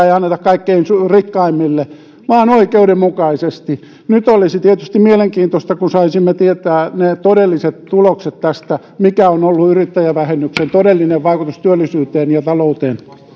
ei anneta kaikkein rikkaimmille vaan oikeudenmukaisesti nyt olisi tietysti mielenkiintoista kun saisimme tietää ne todelliset tulokset tästä että mikä on ollut yrittäjävähennyksen todellinen vaikutus työllisyyteen ja talouteen